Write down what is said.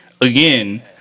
again